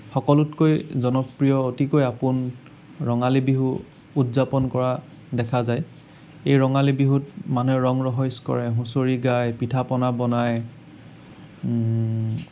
সকলোতকৈ জনপ্ৰিয় অতিকৈ আপোন ৰঙালী বিহু উদযাপন কৰা দেখা যায় এই ৰঙালী বিহুত মানুহে ৰং ৰহইচ কৰে হুঁচৰি গায় পিঠা পনা বনায়